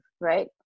right